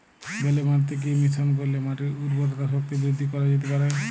বেলে মাটিতে কি মিশ্রণ করিলে মাটির উর্বরতা শক্তি বৃদ্ধি করা যেতে পারে?